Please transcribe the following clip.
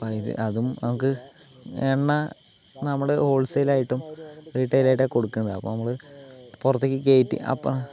അതിന് അതും നമുക്ക് എണ്ണ നമ്മൾ ഹോൾസെയിലായിട്ടും റീട്ടെയിലായിട്ടും ഒക്കെ കൊടുക്കുന്നതാണ് അപ്പം നമ്മൾ പുറത്തേക്ക് കയറ്റി അപ്പം